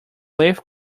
leaf